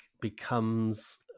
becomes